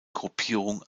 gruppierung